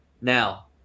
Now